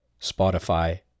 Spotify